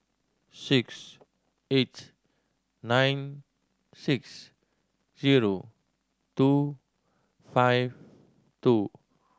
six eight nine six zero two five two